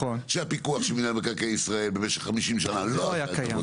שהפיקוח של מינהל מקרקעי ישראל במשך 50 שנה לא היה קיים.